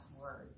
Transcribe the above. words